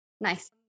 nice